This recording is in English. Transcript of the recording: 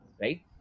right